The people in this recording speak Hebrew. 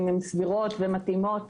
האם הן סבירות ומתאימות